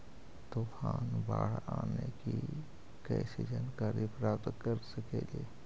तूफान, बाढ़ आने की कैसे जानकारी प्राप्त कर सकेली?